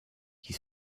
qui